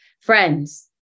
friends